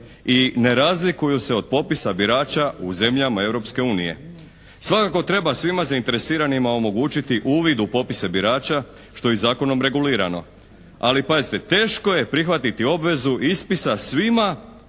i ne razlikuju se od popisa birača u zemljama Europske unije. Svakako treba svima zainteresiranima omogućiti uvid u popise birača što je i zakonom regulirano. Ali pazite, teško je prihvatiti obvezu ispisa svima